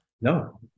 No